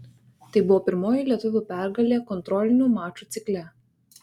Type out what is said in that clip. tai buvo pirmoji lietuvių pergalė kontrolinių mačų cikle